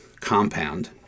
compound